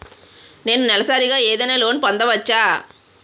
నేను నెలసరిగా ఏదైనా లోన్ పొందవచ్చా?